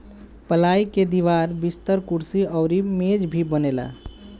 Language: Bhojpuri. पलाई के दीवार, बिस्तर, कुर्सी अउरी मेज भी बनेला